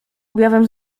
objawem